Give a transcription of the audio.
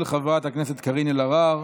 של חברת הכנסת קארין אלהרר.